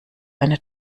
eine